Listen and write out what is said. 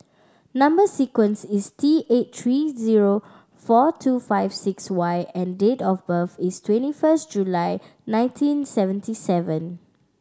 number sequence is T eight three zero four two five six Y and date of birth is twenty first July nineteen seventy seven